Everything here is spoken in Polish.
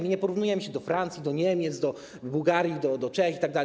My nie porównujemy się do Francji, do Niemiec, do Bułgarii, do Czech itd.